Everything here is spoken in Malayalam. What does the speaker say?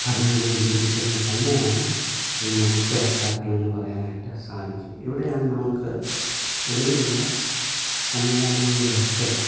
ഭരണഘടനയും ജുഡീഷ്യറിയും തന്നെയാണ് ഇതിൻ്റെ മുഖ്യ വക്താക്കളെന്ന് പറയാനായിട്ട് സാധിക്കും ഇവിടെയാണ് നമുക്ക് നിലവിലുള്ള സംവിധാനങ്ങളിലൊക്കെ